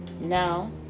Now